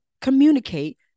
communicate